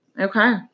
Okay